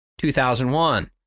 2001